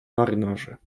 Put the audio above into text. marynarze